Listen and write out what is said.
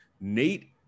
Nate